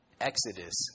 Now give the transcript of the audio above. Exodus